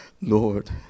Lord